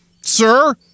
sir